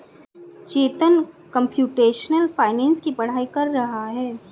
चेतन computational finance की पढ़ाई कर रहा है